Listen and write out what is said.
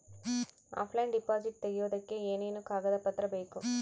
Offline deposit ತೆಗಿಯೋದಕ್ಕೆ ಏನೇನು ಕಾಗದ ಪತ್ರ ಬೇಕು?